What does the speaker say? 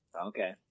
Okay